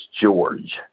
george